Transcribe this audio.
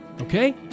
Okay